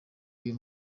uyu